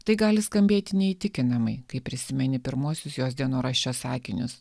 tai gali skambėti neįtikinamai kai prisimeni pirmuosius jos dienoraščio sakinius